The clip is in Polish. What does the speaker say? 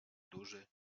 duży